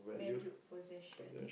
valued possession